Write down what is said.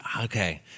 okay